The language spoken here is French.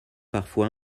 parfois